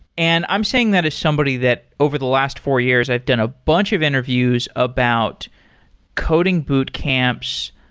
and i'm saying that as somebody that over the last four years i've done a bunch of interviews about coding boot camps,